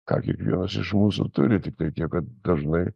ką kiekvienas iš mūsų turi tiktai tiek kad dažnai